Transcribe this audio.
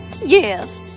Yes